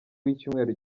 w’icyumweru